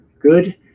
good